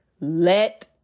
Let